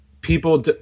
people